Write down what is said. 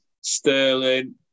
Sterling